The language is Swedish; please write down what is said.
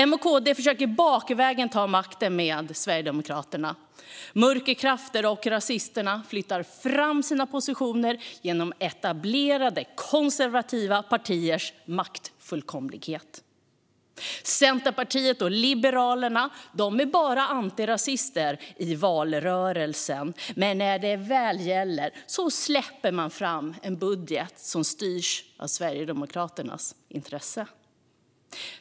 M och KD försöker bakvägen ta makten tillsammans med Sverigedemokraterna. Mörkerkrafter och rasisterna flyttar fram sina positioner genom etablerade konservativa partiers maktfullkomlighet. Centerpartiet och Liberalerna är antirasister i valrörelsen, men när det väl gäller släpper de fram en budget som styrs av Sverigedemokraternas intressen.